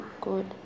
good